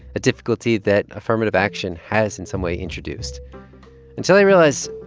a difficulty that affirmative action has in some way introduced until i realize,